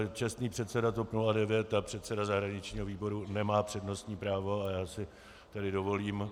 Čestný předseda TOP 09 a předseda zahraničního výboru nemá přednostní právo, a já si tedy dovolím...